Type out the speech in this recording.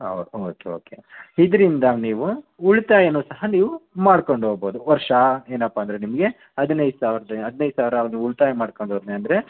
ಹೌದ್ okay okay ಇದರಿಂದ ನೀವು ಉಳಿತಾಯನು ಸಹ ನೀವು ಮಾಡ್ಕೊಂಡು ಹೋಗ್ಬೋದು ವರ್ಷ ಏನಪ್ಪ ಅಂದರೆ ನಿಮಗೆ ಹದಿನೈದು ಸಾವಿರದ ಹದಿನೈದು ಸಾವಿರ ಆದರೂ ಉಳಿತಾಯ ಮಾಡ್ಕೊಂಡು ಹೋದ್ನಿ ಅಂದರೆ